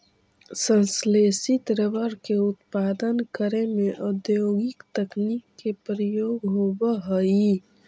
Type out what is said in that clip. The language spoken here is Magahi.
संश्लेषित रबर के उत्पादन करे में औद्योगिक तकनीक के प्रयोग होवऽ हइ